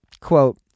quote